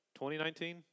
2019